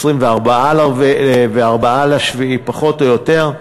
24 ביולי, פחות או יותר,